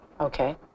Okay